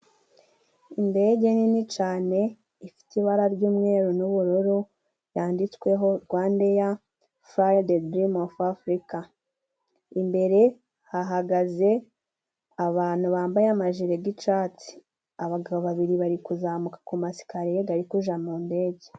Indege nini cane ifite ibara ry'umweru n'ubururu yanditsweho Rwandeya, Falededirimofafurika. Imbere hahagaze abantu bambaye amajire g'icatsi. Abagabo babiri bari kuzamuka ku masikariye gari kuja mu ndege.